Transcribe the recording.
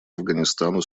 афганистану